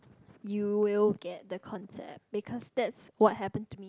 you will get the concept because that's what happened to me